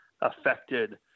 affected